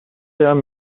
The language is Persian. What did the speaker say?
پیام